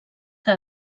que